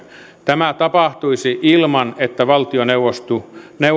tämä tapahtuisi ilman että valtioneuvosto